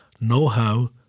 know-how